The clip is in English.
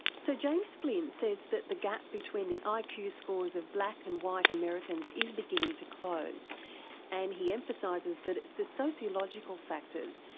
so james flynn says that the gap between the ah like iq scores of black and white americans is beginning to close and he emphasises that it's the sociological factors,